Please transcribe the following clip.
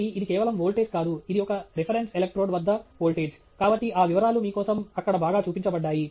కాబట్టి ఇది కేవలం వోల్టేజ్ కాదు ఇది ఒక రిఫరెన్స్ ఎలక్ట్రోడ్ వద్ద వోల్టేజ్ కాబట్టి ఆ వివరాలు మీ కోసం అక్కడ బాగా చూపించబడ్డాయి